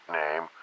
name